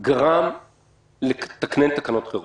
גרם לתקנן תקנות חירום.